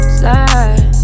slide